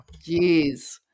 Jeez